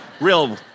real